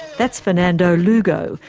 that's fernando lugo,